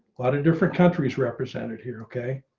lot of different countries represented here. okay.